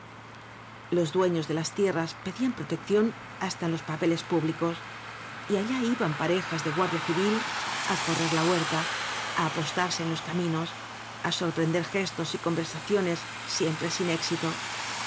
los dueños de las tierras pedían protección hasta en los papeles públicos y allá iban pa rejas de guardia civil á correr la huerta á apostarse en los caminos á sorprender gestos y conversaciones siempre sin éxito